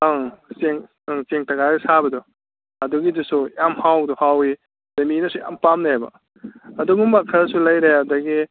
ꯑꯪ ꯆꯦꯡ ꯑꯪ ꯆꯦꯡ ꯇꯈꯥꯏꯔ ꯁꯥꯕꯗꯣ ꯑꯗꯨꯒꯤꯗꯨꯁꯨ ꯌꯥꯝ ꯍꯥꯎꯕꯗꯣ ꯍꯥꯎꯋꯤ ꯑꯗꯩ ꯃꯤꯅꯁꯨ ꯌꯥꯝ ꯄꯥꯝꯅꯩꯑꯕ ꯑꯗꯨꯒꯨꯝꯕ ꯈꯔꯁꯨ ꯂꯩꯔꯦ ꯑꯗꯒꯤ